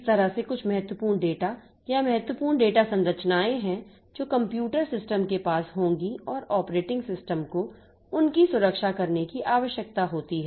इस तरह से कुछ महत्वपूर्ण डेटा या महत्वपूर्ण डेटा संरचनाएं हैं जो कंप्यूटर सिस्टम के पास होंगी और ऑपरेटिंग सिस्टम को उनकी सुरक्षा करने की आवश्यकता होती है